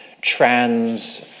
Trans